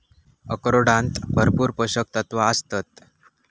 अक्रोडांत भरपूर पोशक तत्वा आसतत